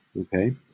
okay